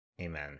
amen